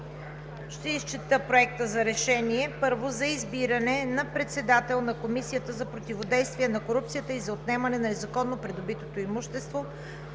втория: „Проект! РЕШЕНИЕ за избиране на председател на Комисията за противодействие на корупцията и за отнемане на незаконно придобитото имущество